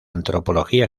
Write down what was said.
antropología